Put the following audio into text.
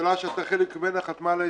ממשלה שאתה חלק ממנה חתמה על ההסכם.